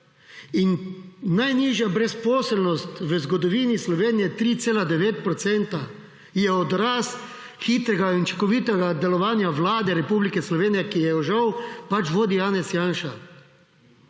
In najnižjo brezposelnost v zgodovini Slovenije 3,9 % je odraz hitrega in učinkovitega delovanja Vlade Republike Slovenije, ki jo žal pač vodi Janez Janša.